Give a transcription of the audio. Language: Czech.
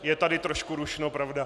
Je tady trošku rušno, pravda.